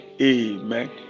Amen